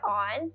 on